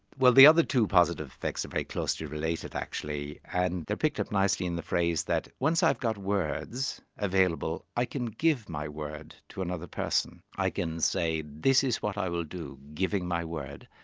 well the other two positive effects are very closely related actually, and they're picked up nicely in the phrase that once i've got words available i can give my word to another person. i can say, this is what i will do, giving my word'.